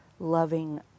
loving